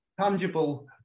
tangible